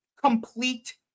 complete